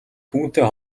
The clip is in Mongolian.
түүнтэй